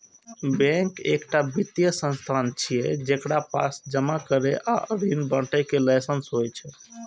bank एकटा वित्तीय संस्थान छियै, जेकरा पास जमा करै आ ऋण बांटय के लाइसेंस होइ छै